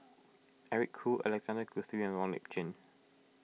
Eric Khoo Alexander Guthrie and Wong Lip Chin